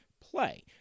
play